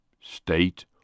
state